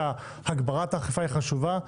אנחנו חושבים שהגברת האכיפה היא חשובה,